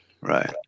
Right